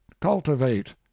cultivate